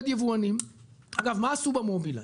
אגב מה עשו במובילאיי?